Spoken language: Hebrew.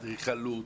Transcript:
אדריכלות,